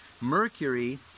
Mercury